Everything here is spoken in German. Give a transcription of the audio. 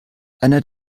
einer